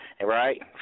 right